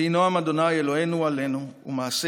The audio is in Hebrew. "ויהי נֹעם ה' אלהינו עלינו ומעשה